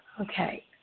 Okay